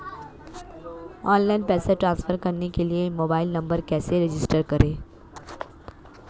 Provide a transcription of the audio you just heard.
Online पैसे transfer करने के लिए मोबाइल नंबर कैसे रजिस्टर करें?